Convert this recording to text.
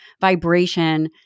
vibration